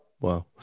wow